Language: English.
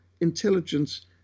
intelligence